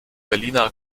berliner